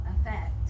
effect